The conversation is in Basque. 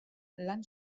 lan